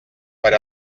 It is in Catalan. per